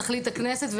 תחליט הכנסת,